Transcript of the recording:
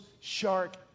shark